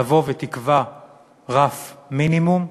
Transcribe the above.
תבוא ותקבע רף מינימום,